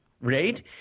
Right